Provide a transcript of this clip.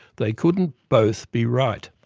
they couldn't both be right.